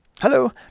Hello